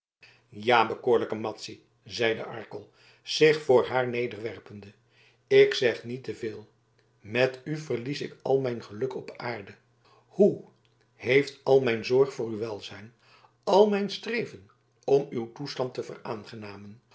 ja bekoorlijke madzy zeide arkel zich voor haar nederwerpende ik zeg niet te veel met u verlies ik al mijn geluk op aarde hoe heeft al mijn zorg voor uw welzijn al mijn streven om uw toestand te